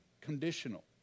conditional